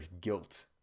guilt